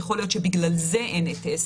יכול להיות שבגלל זה אין S,